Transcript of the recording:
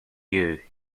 you